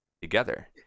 together